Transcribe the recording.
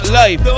life